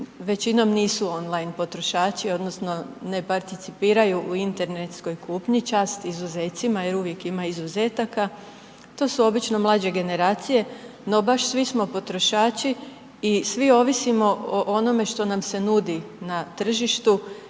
većinom nisu on line potrošači odnosno ne participiraju u internetskoj kupnji, čast izuzecima jer uvijek ima izuzetaka, to su obično mlađe generacije no baš svi smo potrošači i svi ovisimo o onome što nam se nudi na tržištu